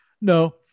No